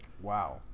Wow